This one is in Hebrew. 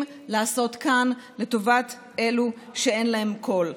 לעשות כאן לטובת אלו שאין להם קול.